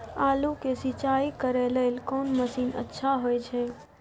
आलू के सिंचाई करे लेल कोन मसीन अच्छा होय छै?